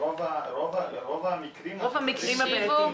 זה רוב המקרים הבעייתיים.